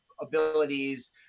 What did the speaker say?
abilities